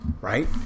Right